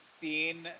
seen